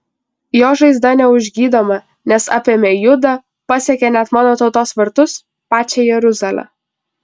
jos žaizda neužgydoma nes apėmė judą pasiekė net mano tautos vartus pačią jeruzalę